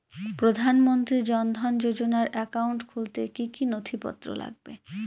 প্রধানমন্ত্রী জন ধন যোজনার একাউন্ট খুলতে কি কি নথিপত্র লাগবে?